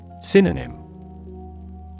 Synonym